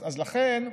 אז לכן,